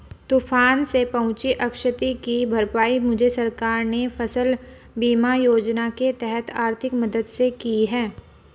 तूफान से पहुंची क्षति की भरपाई मुझे सरकार ने फसल बीमा योजना के तहत आर्थिक मदद से की है